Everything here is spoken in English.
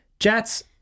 Jets